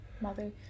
Mother